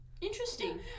Interesting